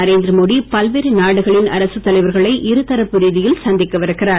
நரேந்திரமோடி பல்வேறு நாடுகளின் அரசுத் தலைவர்களை இருதரப்பு ரீதியில் சந்திக்கவிருக்கிறார்